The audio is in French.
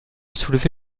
soulevé